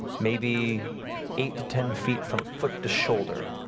maybe eight to ten feet from foot to shoulder,